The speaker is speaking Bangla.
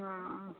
ও